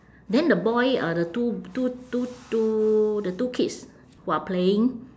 then the boy uh the two two two two the two kids who are playing